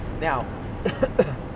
now